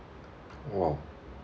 !wow!